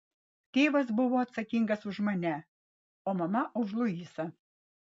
tėvas buvo atsakingas už mane o mama už luisą